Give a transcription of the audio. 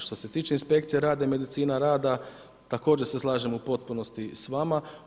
Što se tiče inspekcije rada i medicine rada, također se slažem u potpunosti s vama.